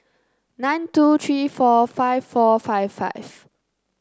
nine two three four five four five five